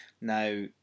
Now